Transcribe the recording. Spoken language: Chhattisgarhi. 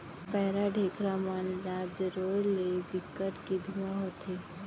पैरा, ढेखरा मन ल जरोए ले बिकट के धुंआ होथे